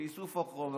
לאיסוף החומר,